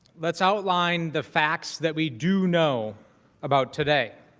that's outlined the facts that we do know about today